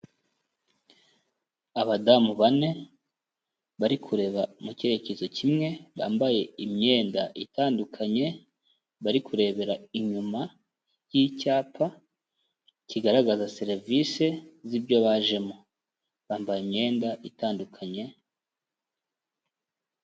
Abadamu bane bari kureba mu cyerekezo kimwe, bambaye imyenda itandukanye, bari kurebera inyuma y'icyapa kigaragaza serivise z'ibyo bajemo, bambaye imyenda itandukanye.